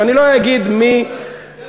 ואני לא אגיד מי,